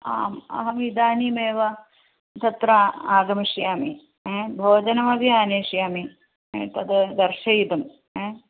आम् अहमिदानीमेव तत्र आगमिष्यामि भोजनमपि आनयिष्यामि तद् दर्शयितुं ह